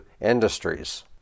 industries